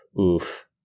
oof